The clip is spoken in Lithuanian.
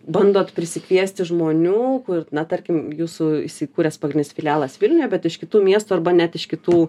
bandot prisikviesti žmonių kur na tarkim jūsų įsikūręs pagrindinis filialas vilniuje bet iš kitų miestų arba net iš kitų